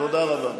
תודה רבה.